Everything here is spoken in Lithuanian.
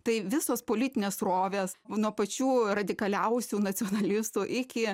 tai visos politinės srovės o nuo pačių radikaliausių nacionalistų iki